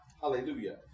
Hallelujah